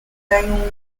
bangor